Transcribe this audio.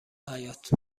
حیاط